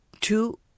Two